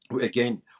again